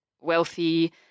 wealthy